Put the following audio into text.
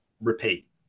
repeat